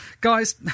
guys